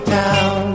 town